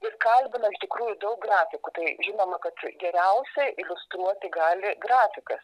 jis kalbino iš tikrųjų daug grafikų tai žinoma kad geriausiai iliustruoti gali grafikas